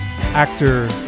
Actor